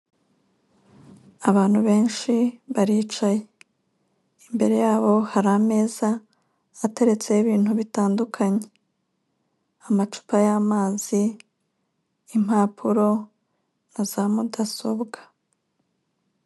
Abantu benshi baricaye. Imbere yabo hari ameza ateretseho ibintu bitandukanye: amacupa y'amazi, impapuro, na za mudasobwa.